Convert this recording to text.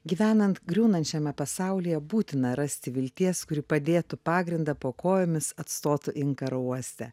gyvenant griūnančiame pasaulyje būtina rasti vilties kuri padėtų pagrindą po kojomis atstotų inkarą uoste